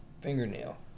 fingernail